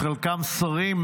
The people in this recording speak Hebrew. שחלקם שרים,